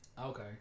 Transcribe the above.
Okay